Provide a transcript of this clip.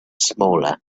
smaller